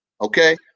Okay